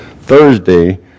Thursday